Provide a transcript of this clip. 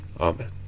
Amen